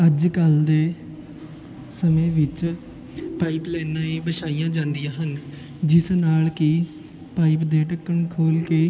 ਅੱਜ ਕੱਲ੍ਹ ਦੇ ਸਮੇਂ ਵਿੱਚ ਪਾਈਪ ਲਾਇਨਾਂ ਹੀ ਵਿਛਾਈਆਂ ਜਾਂਦੀਆਂ ਹਨ ਜਿਸ ਨਾਲ ਕਿ ਪਾਈਪ ਦੇ ਢੱਕਣ ਖੋਲ੍ਹ ਕੇ